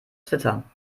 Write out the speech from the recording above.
twitter